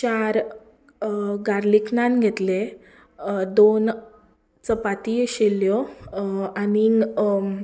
चार गार्लीक नान घेतिल्ले दोन चपाती आशिल्लो आनी